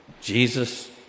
Jesus